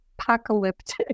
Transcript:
apocalyptic